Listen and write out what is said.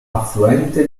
affluente